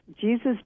Jesus